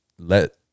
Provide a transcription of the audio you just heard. let